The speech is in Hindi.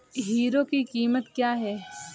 हीरो की कीमत क्या है?